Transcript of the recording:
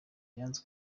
yanze